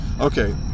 okay